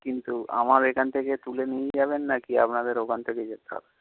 কিন্তু আমার এখান থেকে তুলে নিয়ে যাবেন না কি আপনাদের ওখান থেকেই যেতে হবে